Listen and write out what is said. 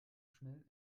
schnell